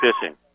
Fishing